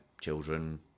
children